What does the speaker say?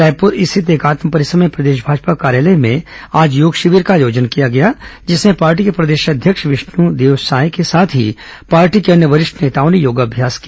रायपुर स्थित एकात्म परिसर में प्रदेश भाजपा कार्यालय में भी आज योग शिविर का आयोजन किया गया जिसमें पार्टी के प्रदेश अध्यक्ष विष्णुदेव साय के साथ ही पार्टी के अन्य वरिष्ठ नेताओं ने योग अभ्यास किया